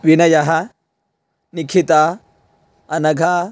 विनयः निखिता अनघा